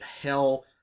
hell